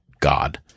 God